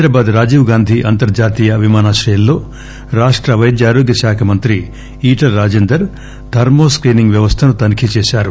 హైదరాబాద్ రాజీప్ గాంధీ అంతర్జాతీయ విమానాశ్రయంలో రాష్ట వైద్యఆరోగ్యమంత్రి ఈటల రాజేందర్ ధర్మల్ స్కీనింగ్ వ్యవస్థను తనిఖీ చేశారు